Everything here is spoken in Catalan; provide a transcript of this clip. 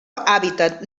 hàbitat